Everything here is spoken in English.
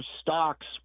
stocks